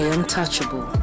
Untouchable